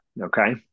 Okay